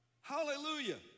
Hallelujah